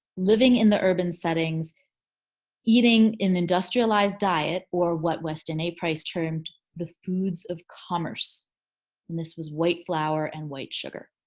living in the urban settings eating an industrialized diet or what western a. price termed the foods of commerce and this was white flour and white sugar.